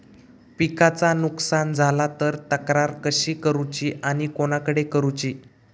पिकाचा नुकसान झाला तर तक्रार कशी करूची आणि कोणाकडे करुची?